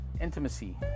intimacy